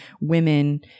women